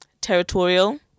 territorial